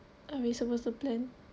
are we suppose to plan